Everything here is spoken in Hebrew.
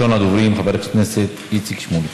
מס' 10801,